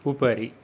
उपरि